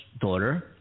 daughter –